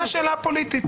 עוד לפני השאלה הפוליטית.